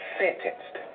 sentenced